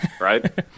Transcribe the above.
right